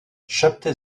szepty